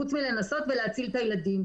חוץ מניסיון להציל את הילדים.